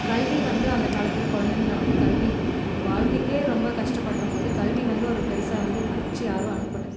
கல்வி வந்து அந்த காலத்தில் குழந்தைங்கள வந்து கல்வி நம்ம வாழ்க்கைக்கே ரொம்ப கஷ்டப்பட்றபோது கல்வி வந்து ஒரு பெருசாக வந்து மதிச்சு யாரும் அனுப்பலை